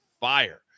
fire